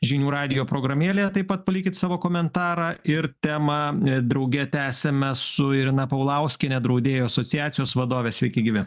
žinių radijo programėlė taip pat palikit savo komentarą ir temą drauge tęsiame su irena paulauskienė draudėjų asociacijos vadove sveiki gyvi